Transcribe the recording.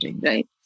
right